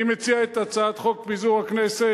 אני מציע את הצעת חוק פיזור הכנסת,